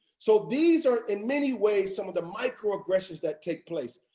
so these are, in many ways, some of the microaggressions that take place.